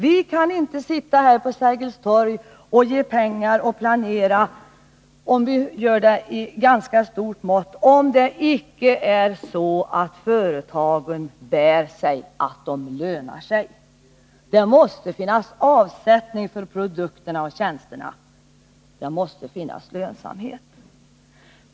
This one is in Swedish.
Vi kan inte sitta här vid Sergels torg och ge pengar och planera i stort mått, om det är så att företagen inte bär sig, att de inte lönar sig. Det måste finnas avsättning för produkterna och tjänsterna. Det måste finnas lönsamhet.